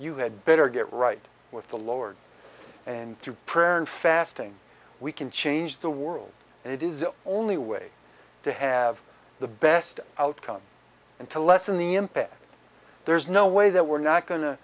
you had better get right with the lowered and through prayer and fasting we can change the world and it is the only way to have the best outcome and to lessen the impact there's no way that we're not going to